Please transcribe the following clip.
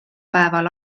päeval